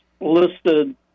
listed